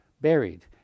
buried